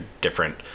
different